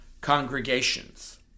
congregations